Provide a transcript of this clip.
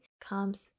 comes